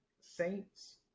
Saints